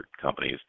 companies